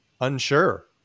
unsure